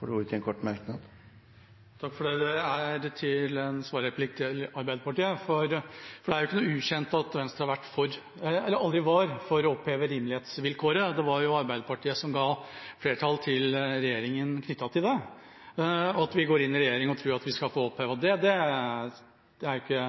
får ordet til en kort merknad, begrenset til 1 minutt. Dette er en svarreplikk til Arbeiderpartiet. Det er ikke ukjent at Venstre aldri var for å oppheve rimelighetsvilkåret. Det var Arbeiderpartiet som ga regjeringa flertall for det. At vi går inn i regjering og tror vi skal få opphevet det, er ikke